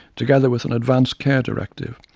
together with an advance care directive,